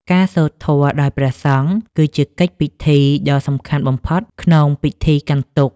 ការសូត្រធម៌ដោយព្រះសង្ឃ គឺជាកិច្ចពិធីដ៏សំខាន់បំផុតក្នុងពិធីកាន់ទុក្ខ។